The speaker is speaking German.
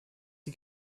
die